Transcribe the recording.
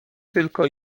tylko